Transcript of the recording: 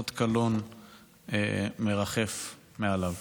אות קלון מרחף מעליו.